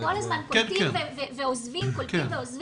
אנחנו כל הזמן קולטים ועוזבים, קולטים ועוזבים.